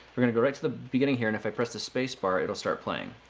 you're going to go right to the beginning here and if i press the spacebar, it'll start playing.